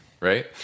right